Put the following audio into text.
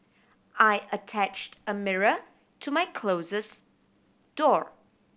I attached a mirror to my closet door